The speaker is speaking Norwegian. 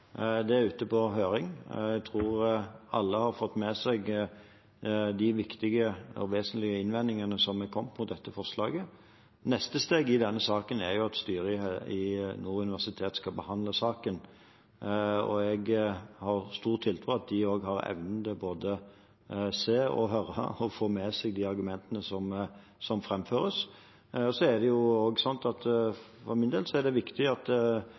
Det er ute på høring. Jeg tror alle har fått med seg de viktige og vesentlige innvendingene som har kommet mot dette forslaget. Neste steg i denne saken er at styret ved Nord universitet skal behandle saken, og jeg har stor tiltro til at de har evnen til både å se, høre og få med seg de argumentene som framføres. For min del er det viktig – og det er en generell beskjed som vi gir både til universitets- og høyskolesektoren og til helsesektoren – at